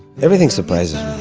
everything surprises me